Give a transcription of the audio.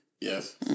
Yes